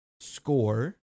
score